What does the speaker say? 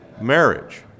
Marriage